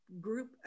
group